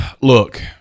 Look